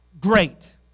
great